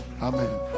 Amen